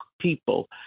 people